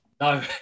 No